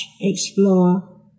explore